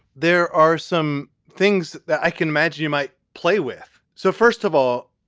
there are some things that i can imagine you might play with. so first of all,